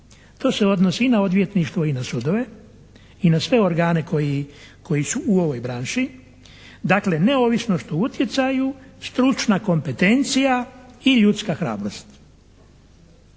To se odnosi i na odvjetništvo i na sudove i na sve organe koji su u ovoj branši. Dakle neovisnost o utjecaju, stručna kompetencija i ljudska hrabrost.